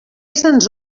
ens